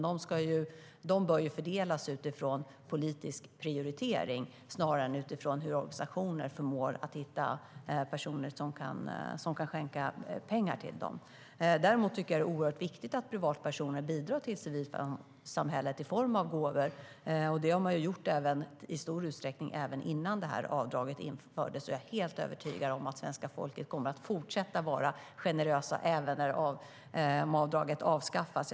De bör fördelas utifrån politisk prioritering snarare än utifrån hur organisationer förmår att hitta personer som kan skänka pengar till dem. Däremot är det oerhört viktigt att privatpersoner bidrar till civilsamhället i form av gåvor. Det har de gjort i stor utsträckning även innan detta avdrag infördes. Jag är helt övertygad om att svenska folket kommer att fortsätta att vara generöst även om avdraget avskaffas.